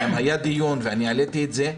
היה דיון ואני העליתי את זה.